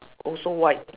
also white